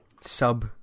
Sub